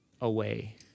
away